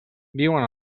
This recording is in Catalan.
viuen